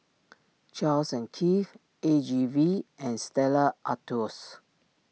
Charles and Keith A G V and Stella Artois